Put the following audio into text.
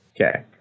Okay